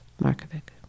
Markovic